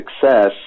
success